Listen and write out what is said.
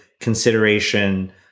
consideration